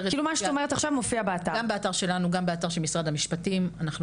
אפשר לראות את הכל באתר שלנו בצורה מסודרת.